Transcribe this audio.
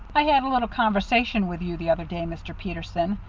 i had a little conversation with you the other day, mr. peterson.